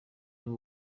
n’u